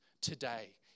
today